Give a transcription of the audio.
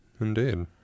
Indeed